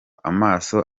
amaso